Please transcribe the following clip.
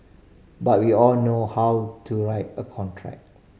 but we all know how to write a contract